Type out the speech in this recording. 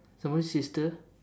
someone's my sister